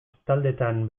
taldetan